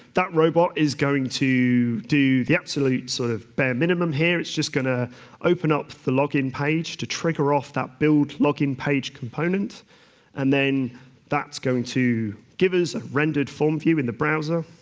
that robot is going to do the absolute sort of bare minimum here. it's just going to open up the login page to trigger off that build login page component and then that's going to give us a rendered form view in the browser,